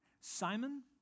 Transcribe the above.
Simon